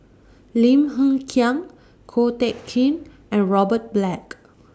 Lim Hng Kiang Ko Teck Kin and Robert Black